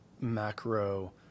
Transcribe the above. macro